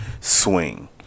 swing